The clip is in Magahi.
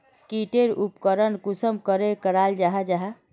की टेर उपकरण कुंसम करे कराल जाहा जाहा?